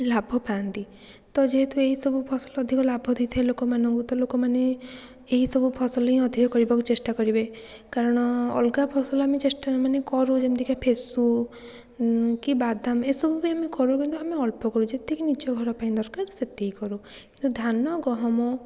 ଲାଭ ପାଆନ୍ତି ତ ଯେହେତୁ ଏହିସବୁ ଫସଲ ଅଧିକ ଲାଭ ଦେଇଥାଏ ଲୋକମାନଙ୍କୁ ତ ଲୋକମାନେ ଏହିସବୁ ଫସଲ ହିଁ ଅଧିକ କରିବାକୁ ଚେଷ୍ଟା କରିବେ କାରଣ ଅଲଗା ଫସଲ ଆମେ ଚେଷ୍ଟା ମାନେ କରୁ ଯେମିତିକା ପେସୁ କି ବାଦାମ ଏସବୁ ବି ଆମେ କରୁ କିନ୍ତୁ ଆମେ ଅଳ୍ପ କରୁ ଯେତିକି ନିଜ ଘର ପାଇଁ ଦରକାର ସେତିକି କରୁ କିନ୍ତୁ ଧାନ ଗହମ